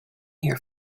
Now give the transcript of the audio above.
here